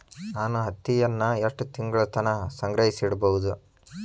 ನಾನು ಹತ್ತಿಯನ್ನ ಎಷ್ಟು ತಿಂಗಳತನ ಸಂಗ್ರಹಿಸಿಡಬಹುದು?